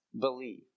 believe